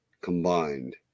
combined